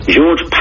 George